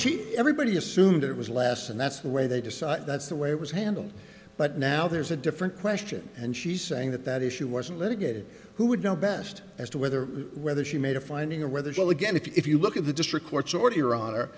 she everybody assumed it was last and that's the way they decided that's the way it was handled but now there's a different question and she's saying that that issue wasn't litigated who would know best as to whether whether she made a finding or whether she will again if you look at the district